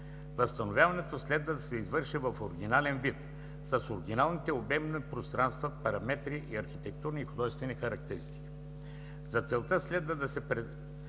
Възстановяването следва да се извърши в оригинален вид с оригиналните обемни пространства, параметри и архитектурни художествени характеристики. За целта следва да се представи